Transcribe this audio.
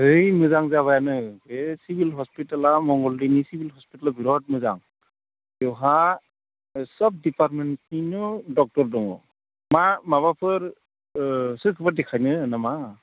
ओय मोजां जाबायानो बे सिभिल हस्पिटाला मंगलदैनि सिभिल हस्पिटाला बिराद मोजां बेवहाय अ सब डिपार्टमेन्टनिनो डक्ट'र दङ मा माबाफोर सोरखौबा देखायनो नामा